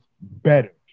better